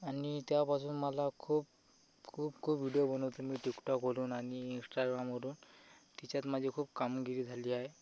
आणि त्यापासून मला खूप खूप खूप विडियो बनवतो मी टिकटॉकवरून आणि इन्स्टाग्रामवरून त्याच्यात माझी खूप कामगिरी झाली आहे